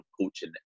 coaching